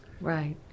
right